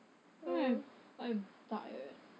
I'm tired